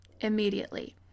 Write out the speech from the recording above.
immediately